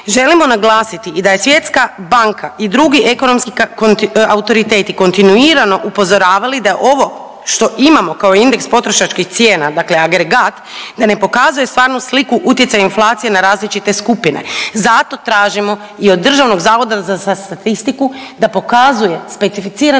želimo naglasiti i da je Svjetska banka i drugi ekonomski autoriteti kontinuirano upozoravali da je ovo što imamo kao indeks potrošačkih cijena, dakle agregat da ne pokazuje stvarnu sliku utjecaja inflacije na različite skupine. Zato tražimo i od Državnog zavoda za statistiku da pokazuje specificirane